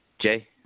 Jay